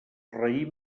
raïm